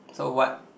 so what